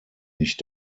nicht